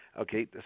Okay